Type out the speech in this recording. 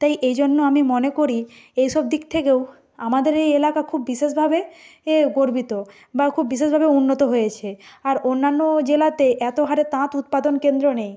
তাই এই জন্য আমি মনে করি এই সব দিক থেকেও আমাদের এই এলাকা খুব বিশেষভাবে এ গর্বিত বা খুব বিশেষভাবে উন্নত হয়েছে আর অন্যান্য জেলাতে এতো হারে তাঁত উৎপাদন কেন্দ্র নেই